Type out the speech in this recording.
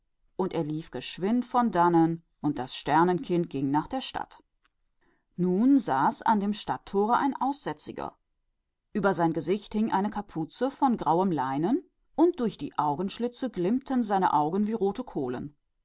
und er lief hurtig davon und das sternenkind ging zur stadt zurück und am tore der stadt saß einer der ein aussätziger war über sein gesicht hing eine kappe aus grauem leinen und durch die augenlöcher glühten seine augen wie rote